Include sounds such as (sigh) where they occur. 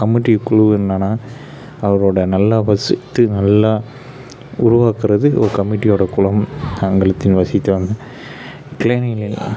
committee குழு என்னான்னா அவரோட நல்லா வசித்து நல்லா உருவாக்குகிறது ஒரு கமிட்டியோட குலம் தங்களுக்கு வசித்து (unintelligible)